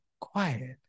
quiet